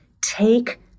take